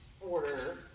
order